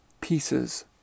pieces